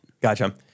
Gotcha